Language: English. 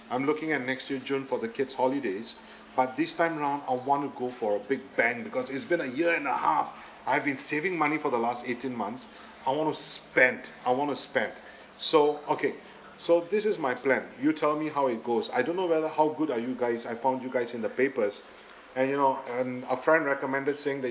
I'm looking at next year june for the kids holidays but this time around I want to go for a big bang because it's been a year and a half I've been saving money for the last eighteen months I want to spend I want to spend so okay so this is my plan you tell me how it goes I don't know whether how good are you guys I found you guys in the papers and you know and a friend recommended saying that